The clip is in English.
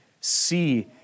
see